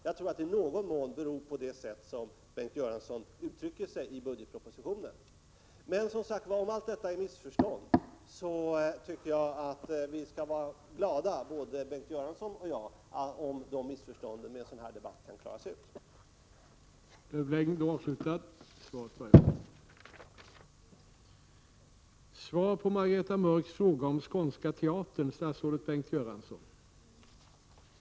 Jag tror att tolkningen i någon mån beror på det sätt som Bengt Göransson uttrycker sig på i budgetpropositionen. Om alltsammans är ett missförstånd, tycker jag att både Bengt Göransson och jag skall vara glada om det genom en sådan här debatt går att klara ut hur det egentligen förhåller sig.